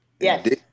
Yes